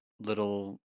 little